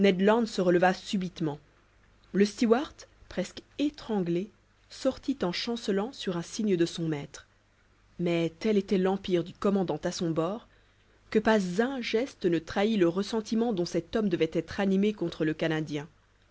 se releva subitement le stewart presque étranglé sortit en chancelant sur un signe de son maître mais tel était l'empire du commandant à son bord que pas un geste ne trahit le ressentiment dont cet homme devait être animé contre le canadien